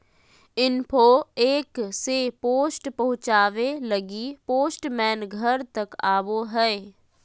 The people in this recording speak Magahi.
इन्फो एप से पोस्ट पहुचावे लगी पोस्टमैन घर तक आवो हय